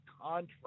contract